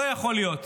לא יכול להיות